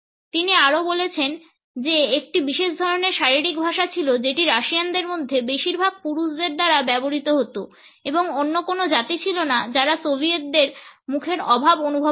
তিনি আরো বলেছেন যে একটি বিশেষ ধরনের শারীরিক ভাষা ছিল যেটি রাশিয়ানদের মধ্যে বেশিরভাগ পুরুষদের দ্বারা ব্যবহৃত হতো এবং অন্য কোনো জাতি ছিলনা যারা সোভিয়েতদের মুখের অভাব অনুভব করবে